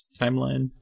timeline